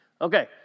Okay